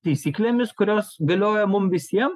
taisyklėmis kurios galioja mum visiem